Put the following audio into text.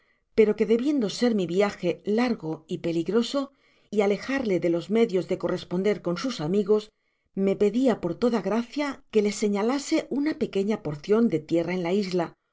pero que debiendo ser mi viaje largo y peligroso y alejarle de los medios de corresponder con sus amigos me pedia por toda gracia que le señalase una pequeqa porcion de tierra en la isla